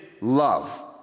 love